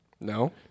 no